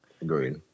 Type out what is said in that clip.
Agreed